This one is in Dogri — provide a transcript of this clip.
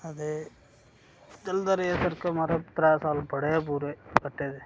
ते चलदा रेहा सर्कल महाराज त्रै साल बड़े बुरे कट्टे दे